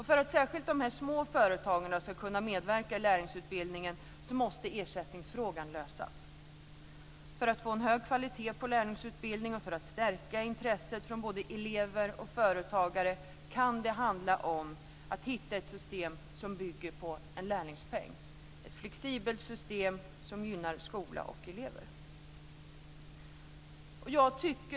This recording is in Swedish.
För att särskilt de små företagen ska kunna medverka i lärlingsutbildningen så måste ersättningsfrågan lösas. För att få en hög kvalitet på lärlingsutbildningen och för att stärka intresset från både elever och företagare kan det handla om att hitta ett system som bygger på en lärlingspeng. Det ska vara ett flexibelt system som gynnar skola och elever.